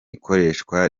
ikoreshwa